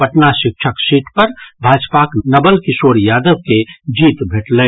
पटना शिक्षक सीट पर भाजपाक नवल किशोर यादव के जीत भेटलनि